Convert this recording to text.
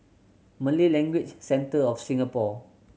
Malay Language Centre of Singapore